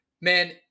Man